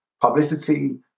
publicity